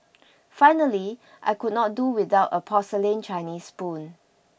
finally I could not do without a porcelain Chinese spoon